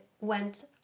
went